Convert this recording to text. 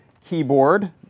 keyboard